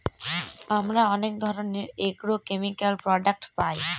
আমরা অনেক ধরনের এগ্রোকেমিকাল প্রডাক্ট পায়